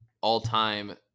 all-time